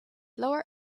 lower